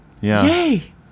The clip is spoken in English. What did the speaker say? Yay